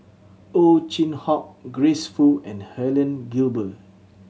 Ow Chin Hock Grace Fu and Helen Gilbey